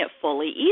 fully